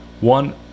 one